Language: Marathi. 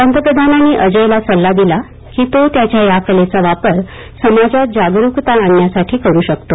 पंतप्रधानांनी अजयला सल्ला दिला कि तो त्याच्या या कलेचा वापर समाजात जागरूकता आणण्यासाठी करू शकतो